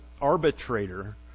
arbitrator